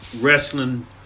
Wrestling